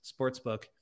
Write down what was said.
Sportsbook